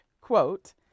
quote